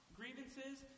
grievances